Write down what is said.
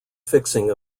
fixing